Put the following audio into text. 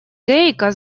гейка